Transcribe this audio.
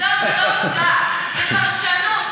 זה פרשנות.